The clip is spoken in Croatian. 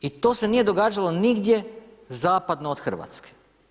I to se nije događalo nigdje zapadno od Hrvatsko.